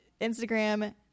Instagram